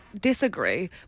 disagree